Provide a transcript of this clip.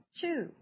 two